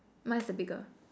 mine is a bigger